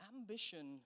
ambition